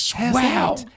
Wow